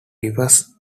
reverse